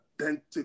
authentic